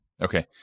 Okay